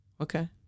Okay